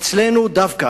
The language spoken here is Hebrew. אצלנו דווקא,